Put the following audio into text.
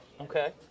okay